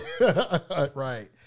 Right